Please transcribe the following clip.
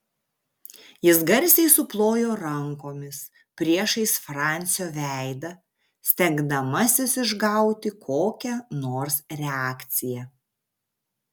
jis garsiai suplojo rankomis priešais francio veidą stengdamasis išgauti kokią nors reakciją